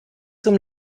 zum